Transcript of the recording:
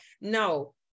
no